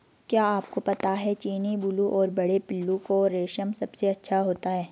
क्या आपको पता है चीनी, बूलू और बड़े पिल्लू का रेशम सबसे अच्छा होता है?